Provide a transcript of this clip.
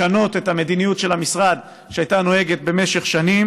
לשנות את המדיניות של המשרד שהייתה נוהגת במשך שנים.